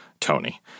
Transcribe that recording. Tony